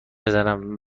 بزنم